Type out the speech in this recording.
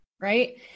right